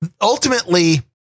Ultimately